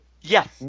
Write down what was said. Yes